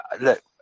look